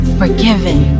forgiven